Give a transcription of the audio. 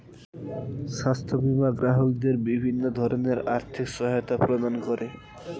স্বাস্থ্য বীমা গ্রাহকদের বিভিন্ন ধরনের আর্থিক সহায়তা প্রদান করে